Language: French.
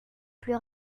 plus